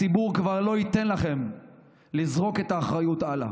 הציבור כבר לא ייתן לכם לזרוק את האחריות הלאה.